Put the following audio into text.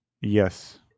Yes